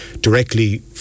directly